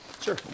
Sure